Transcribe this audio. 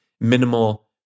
minimal